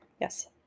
Yes